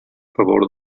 favor